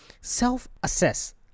self-assess